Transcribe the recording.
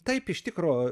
taip iš tikro